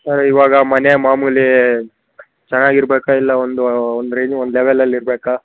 sir ಈವಾಗ ಮನೆ ಮಾಮೂಲೀ ಚೆನ್ನಾಗಿರ್ಬೇಕಾ ಇಲ್ಲ ಒಂದು ಒಂದು ರೇಂಜ್ ಒಂದು ಲೆವೆಲಲ್ಲಿ ಇರ್ಬೇಕಾ